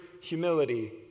humility